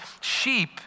sheep